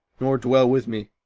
nor dwell with me